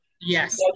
Yes